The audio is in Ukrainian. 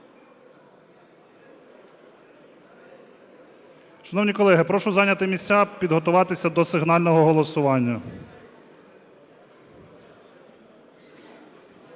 Шановні колеги, прошу зайняти місця, підготуватися до сигнального голосування.